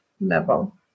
level